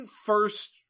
first